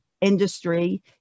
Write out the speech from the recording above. industry